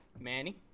Manny